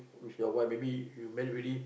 with your wife maybe you married already